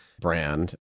brand